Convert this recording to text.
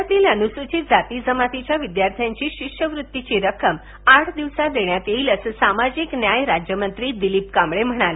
राज्यातील अनुसूचित जाती जमातीच्या विद्यार्थ्यांची शिष्यवृत्तीची रक्कम आठ दिवसांत देण्यात येईल असे सामाजिक न्याय राज्यमंत्री दिलीप कांबळे म्हणाले